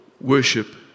worship